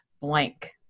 blank